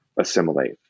assimilate